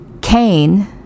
Cain